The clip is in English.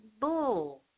bull